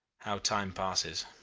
how time passes!